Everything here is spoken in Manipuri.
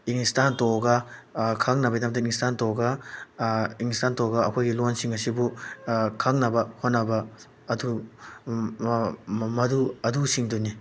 ꯏꯪꯂꯤꯁꯇ ꯍꯟꯗꯣꯛꯑꯒ ꯈꯪꯅꯕꯒꯤꯗꯃꯛꯇ ꯏꯪꯂꯤꯁꯇ ꯍꯟꯗꯣꯛꯑꯒ ꯏꯪꯂꯤꯁꯇ ꯍꯟꯗꯣꯛꯑꯒ ꯑꯩꯈꯣꯏꯒꯤ ꯂꯣꯟꯁꯤꯡ ꯑꯁꯤꯕꯨ ꯈꯪꯅꯕ ꯍꯣꯠꯅꯕ ꯑꯗꯨ ꯑꯗꯨꯁꯤꯡꯗꯨꯅꯤ